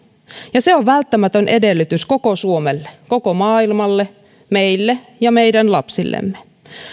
ja se on välttämätön edellytys koko suomelle koko maailmalle meille ja meidän lapsillemme